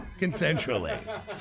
Consensually